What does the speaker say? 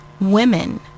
women